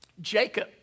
Jacob